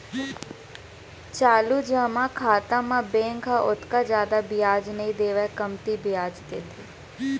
चालू जमा खाता म बेंक ह ओतका जादा बियाज नइ देवय कमती बियाज देथे